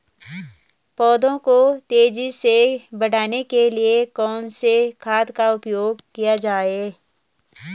पौधों को तेजी से बढ़ाने के लिए कौन से खाद का उपयोग किया जाए?